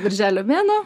birželio mėnuo